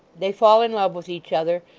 they fall in love with each other,